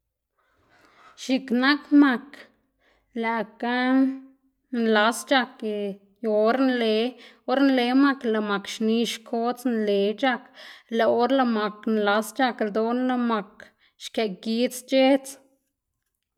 x̱iꞌk nak mak lëꞌkga nlas c̲h̲ak yu or nle, or nle mak lëꞌ mak xni xkodz nle c̲h̲ak lëꞌ or lëꞌ mak nlas c̲h̲ak ldoꞌna lëꞌ mak xkëꞌ gidz c̲h̲edz.